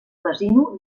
casino